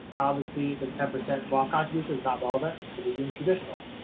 obviously, the ten percent wealth contribution is not relevant because you're doing traditional.